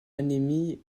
anémie